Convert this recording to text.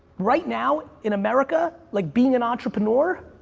right now in america, like being an entrepreneur,